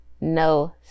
no